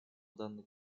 данный